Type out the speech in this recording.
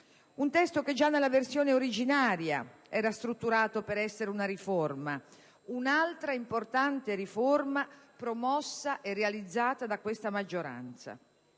Un testo che già nella versione originaria era strutturato per essere una riforma, un'altra importante riforma promossa e realizzata da questa maggioranza.